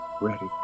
ready